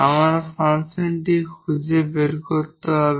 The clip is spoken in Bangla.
আমাদের ফাংশনটি খুঁজে বের করতে হবে